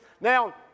Now